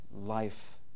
life